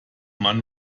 man